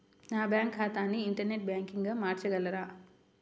నా బ్యాంక్ ఖాతాని ఇంటర్నెట్ బ్యాంకింగ్గా మార్చగలరా?